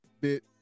bit